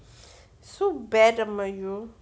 so bad amma you